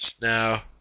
Now